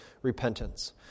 Repentance